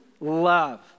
love